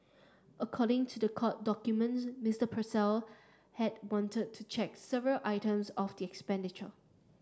according to the court documents Mister Purcell had wanted to check several items of expenditure